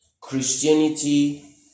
Christianity